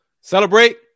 celebrate